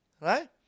right